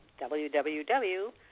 www